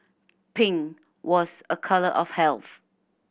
pink was a colour of health